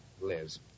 Liz